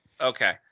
Okay